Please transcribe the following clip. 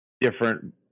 different